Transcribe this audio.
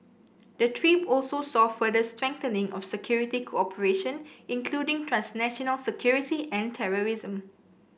the trip also saw further strengthening of security cooperation including transnational security and terrorism